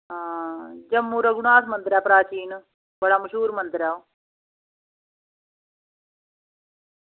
हां जम्मू रघुनाथ मंदर ऐ प्राचीन बड़ा मश्हूर मंदर ऐ ओह्